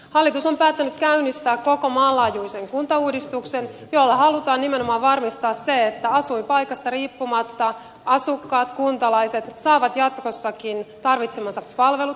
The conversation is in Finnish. hallitus on päättänyt käynnistää koko maan laajuisen kuntauudistuksen jolla halutaan nimenomaan varmistaa se että asuinpaikasta riippumatta asukkaat kuntalaiset saavat jatkossakin tarvitsemansa palvelut